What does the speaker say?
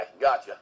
Gotcha